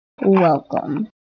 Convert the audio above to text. welcome